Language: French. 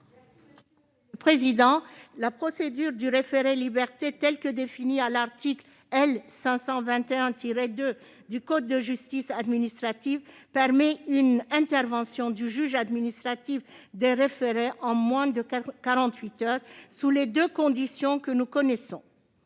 Esther Benbassa. La procédure du référé-liberté, telle que définie à l'article L. 521-2 du code de justice administrative, permet une intervention du juge administratif des référés en moins de quarante-huit heures, sous les deux conditions que nous connaissons